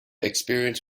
experience